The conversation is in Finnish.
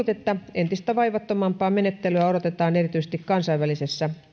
entistä vaivattomampaa menettelyä odotetaan erityisesti kansainvälisesti